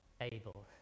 able